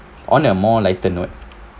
on a more lighten note